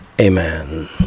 Amen